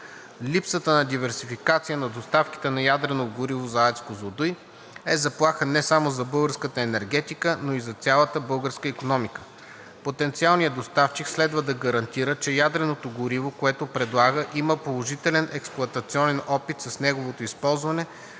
Липсата на диверсификация на доставките на ядрено гориво за АЕЦ „Козлодуй“ е заплаха не само за българската енергетика, но и за цялата българска икономика. Потенциалният доставчик следва да гарантира, че ядреното гориво, което предлага, има положителен експлоатационен опит с негово използване